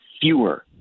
fewer